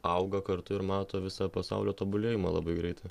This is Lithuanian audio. auga kartu ir mato visą pasaulio tobulėjimą labai greitą